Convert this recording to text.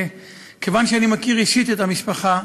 כיוון שאני מכיר אישית את המשפחה,